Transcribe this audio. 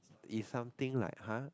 is something like !huh!